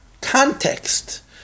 context